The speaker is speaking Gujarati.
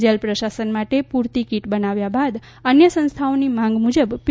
જેલ પ્રશાસન માટે પૂરતી કીટ બનાવ્યા બાદ અન્ય સંસ્થાઓની માંગ મુજબ પી